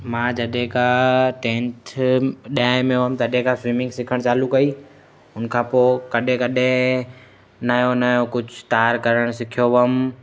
मां जॾहिं का टेंथ ॾहें में हुउमि तॾहिं खां स्विमिंग सिखणु चालू कई उन खां पोइ कॾहिं कॾहिं नयों नयों कुझु तार करणु सिखियो हुउमि